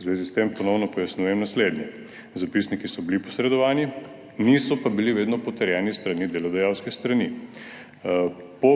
zvezi s tem ponovno pojasnjujem naslednje – zapisniki so bili posredovani, niso pa bili vedno potrjeni s strani delodajalske strani. Po